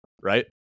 right